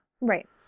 Right